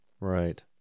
right